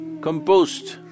composed